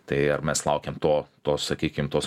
tai ar mes laukiam to to sakykim tos